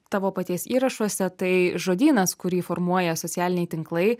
tavo paties įrašuose tai žodynas kurį formuoja socialiniai tinklai